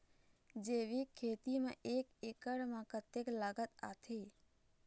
जैविक खेती म एक एकड़ म कतक लागत आथे?